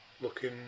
looking